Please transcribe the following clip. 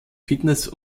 fitness